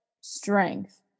strength